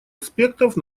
аспектов